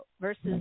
versus